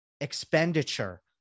expenditure